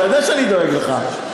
אתה יודע שאני דואג לך.